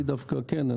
אני דווקא כן.